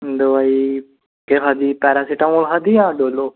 दोआई पैरासिटामोल खाद्धी जां डोलो